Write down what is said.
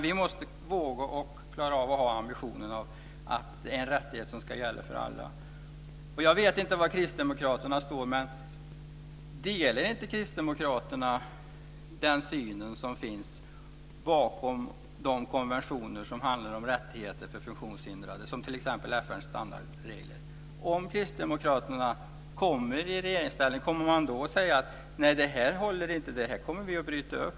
Vi måste våga klara av att ha ambitionen att detta är en rättighet som ska gälla för alla. Jag vet inte var Kristdemokraterna står. Delar inte Kristdemokraterna den syn som finns bakom de konventioner som handlar om rättigheter för funktionshindrade, t.ex. FN:s standardregler? Jag undrar om Kristdemokraterna, om de kommer i regeringsställning, kommer att säga: Nej, det här håller inte! Det här kommer vi att bryta upp!